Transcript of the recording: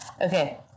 Okay